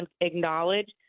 acknowledge